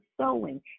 sewing